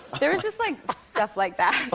there was just, like, stuff like that. oh,